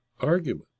argument